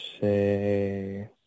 say